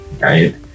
right